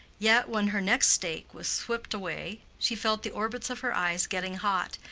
yet, when her next stake was swept away, she felt the orbits of her eyes getting hot,